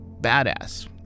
badass